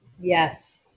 Yes